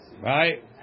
Right